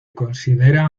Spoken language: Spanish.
considera